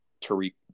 Tariq